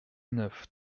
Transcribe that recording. neuf